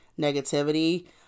negativity